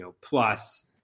plus